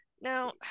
Now